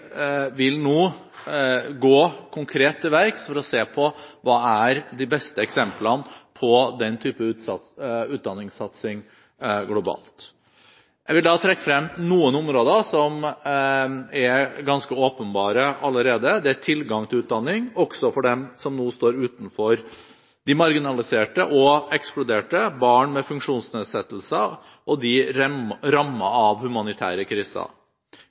vil nå gå konkret til verks for å se på: Hvilke er de beste eksemplene på den type utdanningssatsing globalt? Jeg vil trekke frem noen områder som er ganske åpenbare allerede. Det gjelder tilgang til utdanning, også for dem som nå står utenfor – de marginaliserte og ekskluderte, barn med funksjonsnedsettelser og de som er rammet av humanitære kriser.